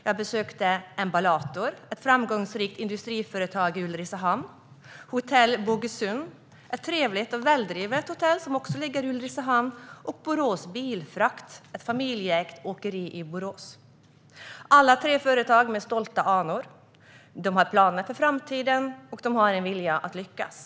Jag besökte Emballator som är ett framgångsrikt industriföretag i Ulricehamn, Hotell Bogesund som är ett trevligt och väldrivet hotell i Ulricehamn och Borås Bilfrakt som är ett familjeägt åkeri i Borås. Alla är företag med stolta anor, planer för framtiden och en vilja att lyckas.